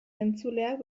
entzuleak